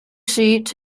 seat